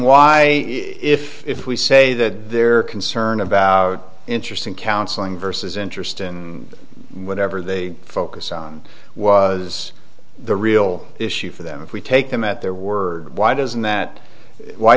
why if we say that they're concerned about interest in counseling versus interest and whatever they focus on was the real issue for them if we take them at their word why doesn't that why